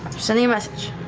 sending a message.